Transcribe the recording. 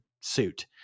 suit